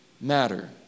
matter